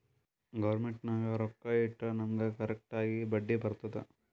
government ನಾಗ್ ರೊಕ್ಕಾ ಇಟ್ಟುರ್ ನಮುಗ್ ಕರೆಕ್ಟ್ ಆಗಿ ಬಡ್ಡಿ ಬರ್ತುದ್